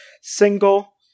single